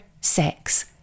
sex